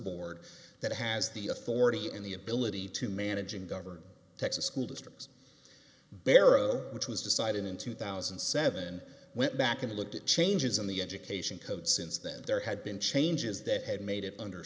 board that has the authority and the ability to manage and govern texas school systems barrow which was decided in two thousand and seven went back and looked at changes in the education code since then there had been changes that had made it under